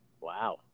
Wow